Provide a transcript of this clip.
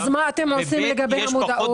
אז מה אתם עושים לגבי המודעות?